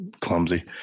clumsy